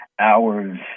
hours